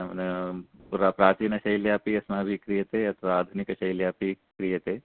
नाम्नां प्राचीनशैल्यापि अस्माभिः क्रियते अथवा आधुनिकशैल्यापि क्रियते